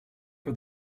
for